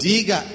Diga